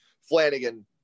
Flanagan